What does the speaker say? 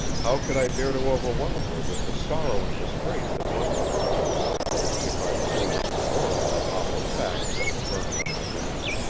how could i bear to overwhelm her with the sorrow and disgrace that must crush on her if i proved to the world the awful facts that were burned on my brain?